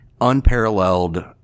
unparalleled